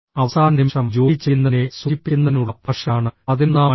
അവസാന നിമിഷം ജോലി ചെയ്യുന്നതിനെ സൂചിപ്പിക്കുന്നതിനുള്ള ഭാഷയാണ് പതിനൊന്നാം മണിക്കൂർ